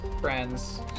friends